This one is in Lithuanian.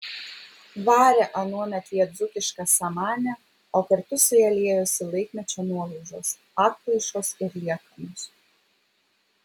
varė anuomet jie dzūkišką samanę o kartu su ja liejosi laikmečio nuolaužos atplaišos ir liekanos